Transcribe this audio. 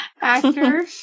Actor